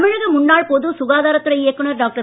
தமிழக முன்னாள் பொது சுகாதாரத்துறை இயக்குனர் டாக்டர்